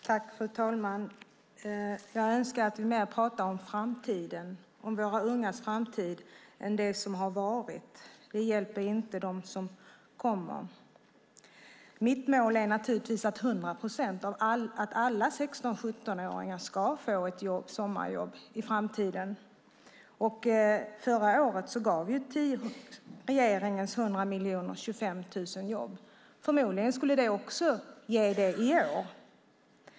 Fru talman! Jag skulle önska att vi mer pratade om våra ungas framtid än om det som har varit, för det hjälper inte dem som kommer. Mitt mål är naturligtvis att hundra procent, alla 16-17-åringar, ska få ett sommarjobb i framtiden. Förra året gav regeringens 100 miljoner 25 000 jobb. Förmodligen skulle det också ge det i år.